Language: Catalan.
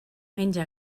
menja